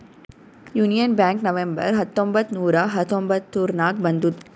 union Bank November ಹತ್ತೊಂಬತ್ತ್ ನೂರಾ ಹತೊಂಬತ್ತುರ್ನಾಗ್ ಬಂದುದ್